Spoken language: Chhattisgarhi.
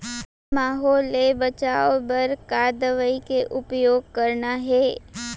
माहो ले बचाओ बर का दवई के उपयोग करना हे?